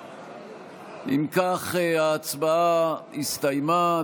אם כך, ההצבעה הסתיימה.